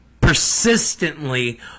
persistently